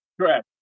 correct